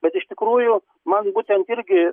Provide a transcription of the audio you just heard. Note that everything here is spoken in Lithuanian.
bet iš tikrųjų man būtent irgi